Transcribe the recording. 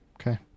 Okay